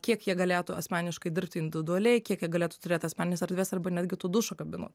kiek jie galėtų asmeniškai dirbti individualiai kiek jie galėtų turėt asmeninės erdvės arba netgi tų dušo kabinų